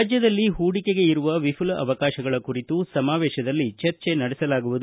ರಾಜ್ವದಲ್ಲಿ ಹೂಡಿಕೆಗೆ ಇರುವ ವಿಪುಲ ಅವಕಾಶಗಳ ಕುರಿತು ಸಮಾವೇಶದಲ್ಲಿ ಚರ್ಚೆ ನಡೆಸಲಾಗುವುದು